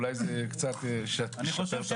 אולי זה קצת ישפר את המערכת.